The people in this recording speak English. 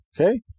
Okay